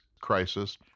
crisis